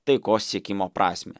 taikos siekimo prasmę